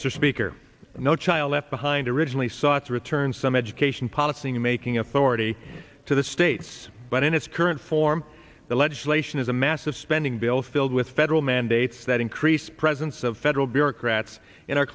mr speaker the no child left behind originally sought to return some education policy making authority to the states but in its current form the legislation is a massive spending bill filled with federal mandates that increase presence of federal bureaucrats in our